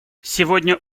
сегодня